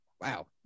Wow